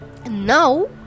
Now